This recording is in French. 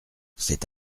c’est